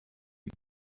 you